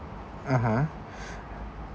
(uh huh)